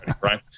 Right